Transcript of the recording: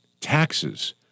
taxes